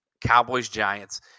Cowboys-Giants